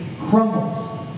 crumbles